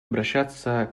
обращаться